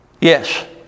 Yes